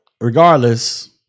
regardless